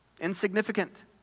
Insignificant